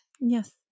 Yes